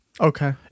Okay